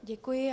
Děkuji.